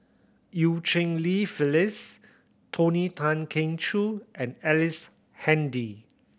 Eu Cheng Li Phyllis Tony Tan Keng Joo and Ellice Handy